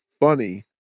funny